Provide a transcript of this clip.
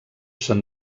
se’n